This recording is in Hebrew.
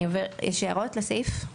יש הערות לסעיף?